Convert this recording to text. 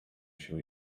się